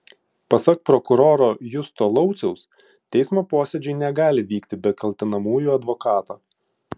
pasak prokuroro justo lauciaus teismo posėdžiai negali vykti be kaltinamųjų advokato